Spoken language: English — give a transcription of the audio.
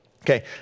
Okay